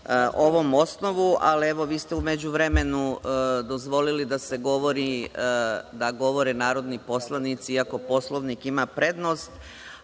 ovom osnovu, ali vi ste u međuvremenu dozvolili da govore narodni poslanici, iako Poslovnik ima prednost,